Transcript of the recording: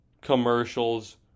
commercials